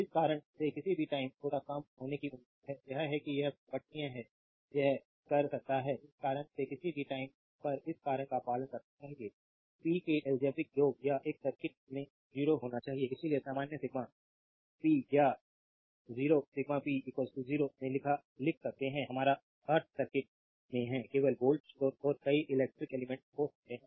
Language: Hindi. इस कारण से किसी भी टाइम थोड़ा कम होने की उम्मीद है यह है कि यह पठनीय है यह कर सकता है इस कारण से किसी भी टाइम पर इस कारण का पालन करना चाहिए पी के एल्जेब्रिक योग या एक सर्किट में 0 होना चाहिए इसलिए सामान्य सिग्मा पी या 0 p 0 में लिख सकते हैं हमारा अर्थ सर्किट में है कई वोल्टेज स्रोत और कई इलेक्ट्रिक एलिमेंट्स हो सकते हैं